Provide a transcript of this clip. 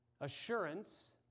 assurance